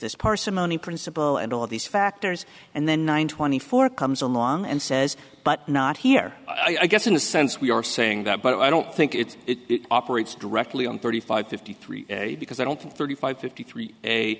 this parsimony principle and all of these factors and then one hundred twenty four comes along and says but not here i guess in a sense we are saying that but i don't think it's operates directly on thirty five fifty three because i don't think thirty five fifty three a